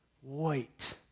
white